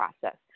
process